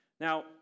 Now